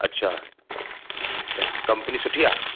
अच्छा त कपंनी सुठी आहे